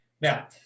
Now